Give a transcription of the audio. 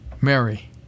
Mary